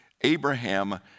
Abraham